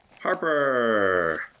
Harper